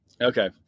okay